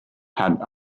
had